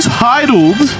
titled